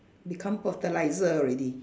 become fertilizer already